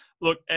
Look